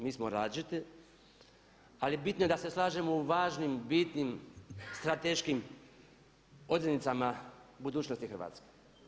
Mi smo različiti, ali bitno je da se slažemo u važnim, bitnim, strateškim odrednicama budućnosti Hrvatske.